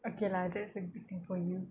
okay lah that's a big thing for you